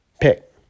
pick